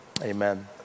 Amen